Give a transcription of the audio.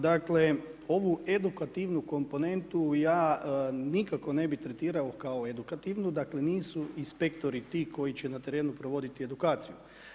Dakle, ovu edukativnu komponentu, ja nikako ne bi tretirao kao edukativnu, dakle, nisu inspektori ti koji će na terenu provoditi edukaciju.